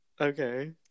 Okay